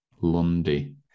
Lundy